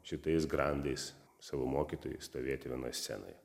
šitais grandais savo mokytojais stovėti vienoj scenoje